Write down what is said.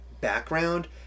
background